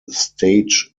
stage